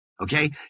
okay